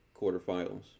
Quarterfinals